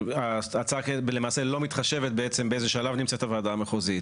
ההצעה למעשה לא מתחשבת בעצם באיזה שלב נמצאת הוועדה המחוזית,